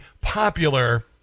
popular